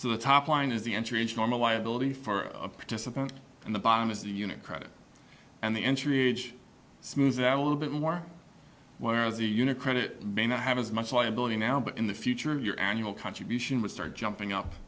so the top line is the entry age nor my liability for a participant in the bottom of the unit credit and the entry age that a little bit more whereas a unicredit may not have as much liability now but in the future of your annual contribution would start jumping up